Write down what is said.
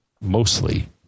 mostly